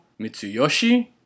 Mitsuyoshi